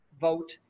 vote